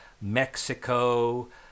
mexico